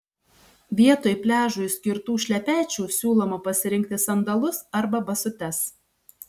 vietoj pliažui skirtų šlepečių siūloma pasirinkti sandalus arba basutes